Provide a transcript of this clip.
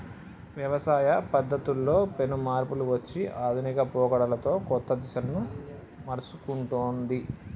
వ్యవసాయ పద్ధతుల్లో పెను మార్పులు వచ్చి ఆధునిక పోకడలతో కొత్త దిశలను మర్సుకుంటొన్ది